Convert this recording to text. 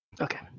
okay